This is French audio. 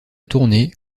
tournée